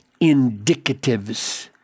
indicatives